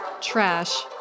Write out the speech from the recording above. Trash